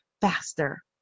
faster